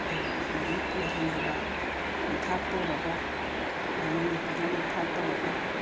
ꯂꯩꯍꯟꯈꯤꯕ ꯅꯝꯊꯥꯛ ꯇꯧꯔꯒ ꯃꯃꯧ ꯅꯨꯄꯤꯗ ꯅꯝꯊꯥꯛ ꯇꯧꯔꯒ